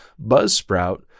buzzsprout